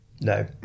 no